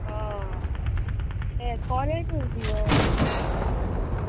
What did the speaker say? हय तेंच कॉलेज खंयची गो